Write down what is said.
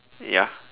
ya